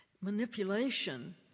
manipulation